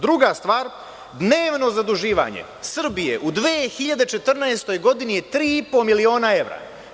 Druga stvar, dnevno zaduživanje Srbije u 2014. godini je tri i po miliona evra.